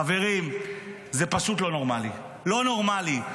חברים, זה פשוט לא נורמלי, לא נורמלי.